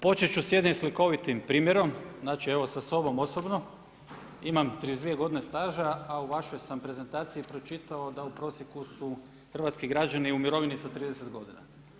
Početi ću s jednim slikovitim primjerom, znači evo sa sobom osobno, imam 32 godine staža a u vašoj sam prezentaciji pročitao da u prosjeku su hrvatski građani u mirovini sa 30 godina.